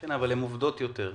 כן, אבל הן עובדות יותר.